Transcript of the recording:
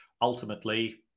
ultimately